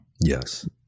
Yes